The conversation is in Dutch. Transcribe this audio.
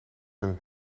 een